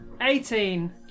Eighteen